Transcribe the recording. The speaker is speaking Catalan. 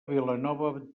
vilanova